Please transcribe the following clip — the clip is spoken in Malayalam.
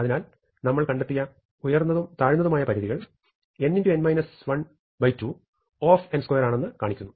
അതിനാൽ നമ്മൾ കണ്ടെത്തിയ ഉയർന്നതും താഴ്ന്നതുമായ പരിധികൾ n2 Θ ആണെന്ന് കാണിക്കുന്നു